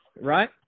right